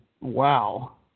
wow